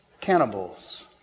cannibals